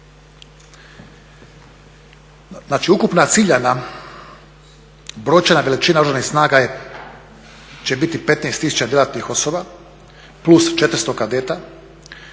Znači ukupna ciljana brojčana veličina Oružanih snaga će biti 15 tisuća djelatnih osoba, plus 400 kadeta